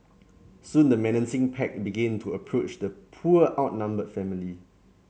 soon the menacing pack began to approach the poor outnumbered family